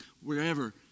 wherever